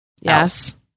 Yes